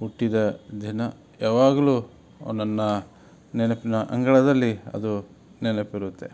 ಹುಟ್ಟಿದ ದಿನ ಯಾವಾಗಲೂ ನನ್ನ ನೆನಪಿನ ಅಂಗಳದಲ್ಲಿ ಅದು ನೆನಪಿರುತ್ತೆ